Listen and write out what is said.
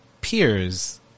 peers